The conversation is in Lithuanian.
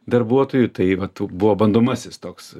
darbuotojų tai vat buvo bandomasis toks